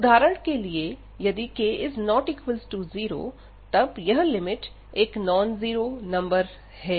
उदाहरण के लिए यदि k≠0 तब यह लिमिट एक नॉन जीरो नंबर है